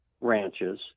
ranches